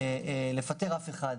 לפטר אף אחד.